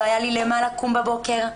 לא היה לי למה לקום בבוקר.